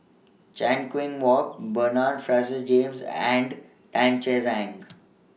Chan Kum Wah Roy Bernard Francis James and Tan Che Sang